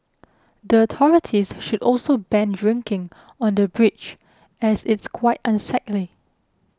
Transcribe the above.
the authorities should also ban drinking on the bridge as it's quite unsightly